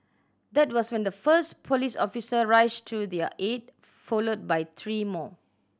that was when the first police officer rushed to their aid followed by three more